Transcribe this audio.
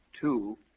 two